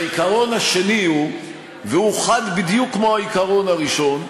והעיקרון השני, והוא חד בדיוק כמו העיקרון הראשון,